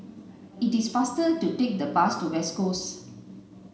it is faster to take the bus to West Coast